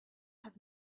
have